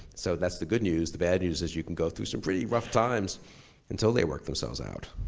so that's the good news. the bad news is you can go through some pretty rough times until they work themselves out.